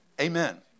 Amen